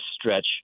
stretch